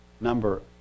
number